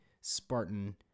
Spartan